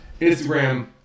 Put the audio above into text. Instagram